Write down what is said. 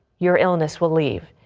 your illness will live.